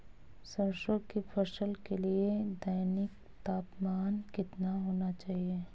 सरसों की फसल के लिए दैनिक तापमान कितना होना चाहिए?